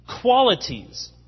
qualities